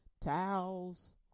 towels